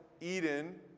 Eden